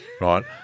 right